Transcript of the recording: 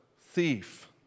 thief